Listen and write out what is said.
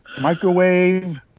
Microwave